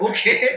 Okay